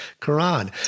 Quran